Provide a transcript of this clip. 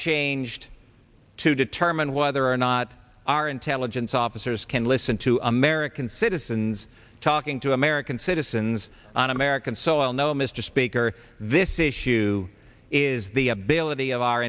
changed to determine whether or not our intelligence officers can listen to american citizens talking to american citizens on american soil no mr speaker this issue is the ability of our